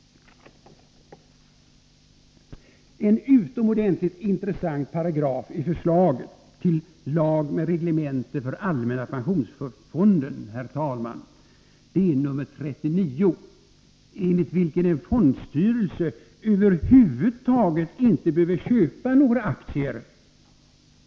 En utomordentligt intressant paragraf i förslaget till Lag med reglemente för allmänna pensionsfonden, herr talman, är nr 39, enligt vilken en fondstyrelse över huvud taget inte behöver köpa några aktier.